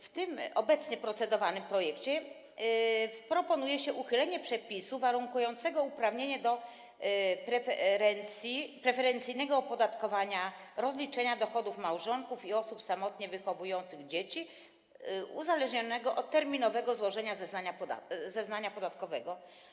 W obecnie procedowanym projekcie proponuje się uchylenie przepisu warunkującego uprawnienie do preferencyjnego opodatkowania rozliczenia dochodów małżonków i osób samotnie wychowujących dzieci, uzależnionego od terminowego złożenia zeznania podatkowego.